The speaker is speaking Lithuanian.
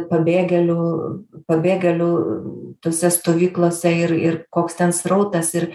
pabėgėlių pabėgėlių tose stovyklose ir ir koks ten srautas ir